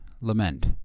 lament